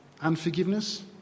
unforgiveness